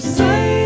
say